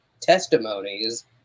testimonies